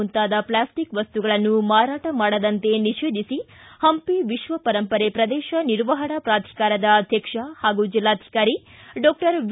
ಮುಂತಾದ ಪ್ಲಾಸ್ಟಿಕ್ ವಸ್ತುಗಳನ್ನು ಮಾರಾಟ ಮಾಡದಂತೆ ನಿಷೇಧಿಸಿ ಹಂಪಿ ವಿಶ್ವ ಪರಂಪರೆ ಪ್ರದೇಶ ನಿರ್ವಹಣಾ ಪ್ರಾಧಿಕಾರದ ಅಧ್ಯಕ್ಷ ಹಾಗೂ ಜೆಲ್ಲಾಧಿಕಾರಿ ಡಾಕ್ಟರ್ ವಿ